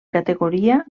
categoria